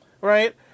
right